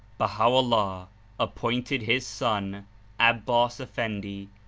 baha'o'llah appointed his son abbas effendl,